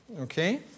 Okay